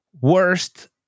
worst